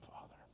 Father